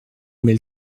mais